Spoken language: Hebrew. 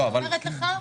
אני אומרת לך,